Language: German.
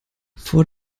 vor